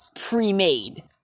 pre-made